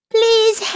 Please